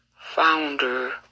founder